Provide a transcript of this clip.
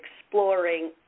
exploring